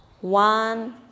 one